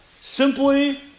Simply